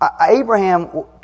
Abraham